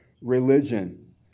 religion